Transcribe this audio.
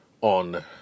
on